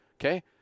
Okay